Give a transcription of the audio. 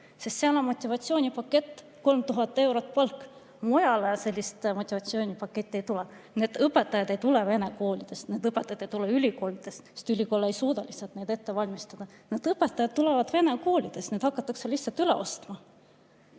sest on motivatsioonipakett, 3000‑eurone palk. Mujal sellist motivatsioonipaketti ei tule. Need õpetajad ei tule vene koolidest, need õpetajad ei tule ülikoolidest, sest ülikoolid ei suuda neid ette valmistada, need õpetajad tulevad [eesti] koolidest, neid hakatakse lihtsalt üle ostma.